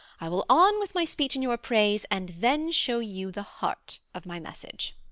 i will on with my speech in your praise, and then show you the heart of my message.